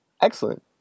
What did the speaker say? excellent